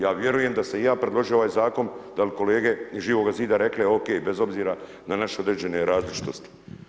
Ja vjerujem da sam i ja predložio ovaj zakon da bi kolege iz Živoga zida rekle ok bez obzira na naše određene različitosti.